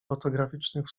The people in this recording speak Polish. ortograficznych